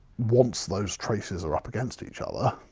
once those traces are up against each other.